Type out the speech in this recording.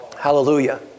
Hallelujah